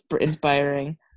inspiring